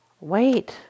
wait